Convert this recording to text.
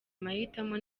mahitamo